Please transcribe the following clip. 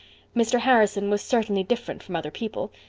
mr. harrison was certainly different from other people.